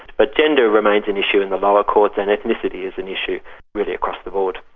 but gender remains an issue in the lower courts, and ethnicity is an issue really across the board.